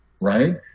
right